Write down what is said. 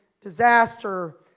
disaster